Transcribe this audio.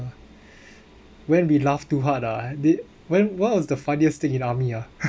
when we laugh too hard ah did when what was the funniest thing in army ah